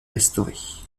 restaurer